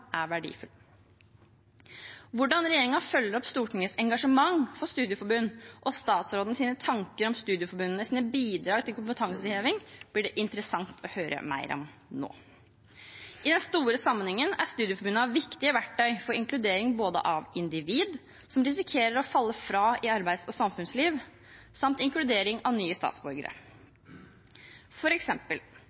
er verdifullt. Hvordan regjeringen følger opp Stortingets engasjement for studieforbund, og statsrådens tanker om studieforbundenes bidrag til kompetanseheving blir det interessant å høre mer om nå. I den store sammenhengen er studieforbundene viktige verktøy både for inkludering av individer som risikerer å falle fra i arbeids- og samfunnsliv, og for inkludering av nye statsborgere.